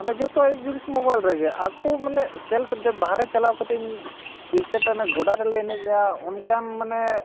ᱢᱟᱱᱮ ᱡᱚᱛᱚᱣᱟᱜ ᱡᱤᱱᱤᱥ ᱢᱳᱵᱟᱭᱤᱞ ᱨᱮᱜᱮ ᱟᱠᱚ ᱢᱟᱱᱮ ᱥᱮᱞᱯᱷ ᱫᱮ ᱵᱟᱦᱨᱮ ᱪᱟᱞᱟᱣ ᱠᱟᱛᱮᱧ ᱠᱨᱤᱠᱮᱴ ᱚᱱᱮ ᱜᱚᱰᱟ ᱨᱮᱞᱮ ᱮᱱᱮᱡᱼᱟ ᱚᱱᱠᱟᱱ ᱢᱟᱱᱮ